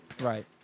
Right